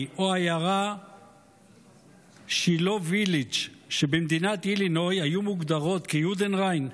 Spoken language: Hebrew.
או העיירה שילה וילג' שבמדינת אילינוי היו מוגדרות כיודנריין?